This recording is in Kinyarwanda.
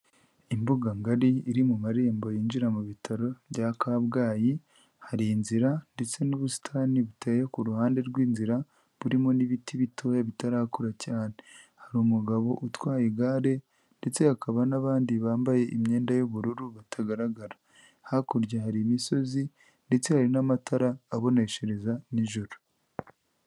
Imbuga ngari iri mu marembo yinjira mu bitaro bya Kabgayi, hari inzira ndetse n'ubusitani buteye ku ruhande rw'inzira, burimo n'ibiti bitoya bitarakura cyane. Hari umugabo utwaye igare, ndetse hakaba n'abandi bambaye imyenda y'ubururu batagaragara. Hakurya hari imisozi, ndetse hari n'amatara aboneshereza nijoro.